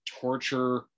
torture